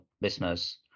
business